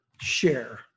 share